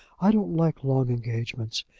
i don't like long engagements.